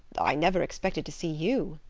i never expected to see you.